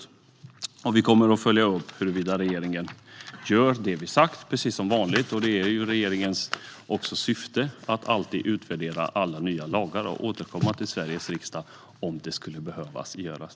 Vi kommer precis som vanligt att följa upp huruvida regeringen gör vad vi har sagt. Regeringens mål är att alltid utvärdera alla nya lagar och återkomma till Sveriges riksdag om någon förändring behöver göras.